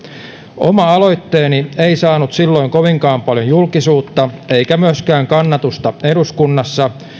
oma aloitteeni ei saanut silloin kovinkaan paljon julkisuutta eikä myöskään kannatusta eduskunnassa